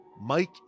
Mike